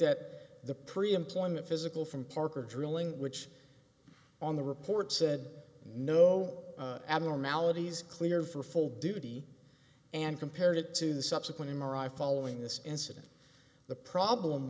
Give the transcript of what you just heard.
that the pre employment physical from parker drilling which on the report said no abnormalities cleared for full duty and compared it to the subsequent m r i following this incident the problem